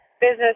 business